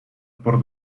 por